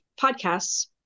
podcasts